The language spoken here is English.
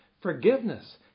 Forgiveness